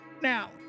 Now